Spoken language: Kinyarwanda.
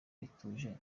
ituje